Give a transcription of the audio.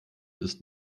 ist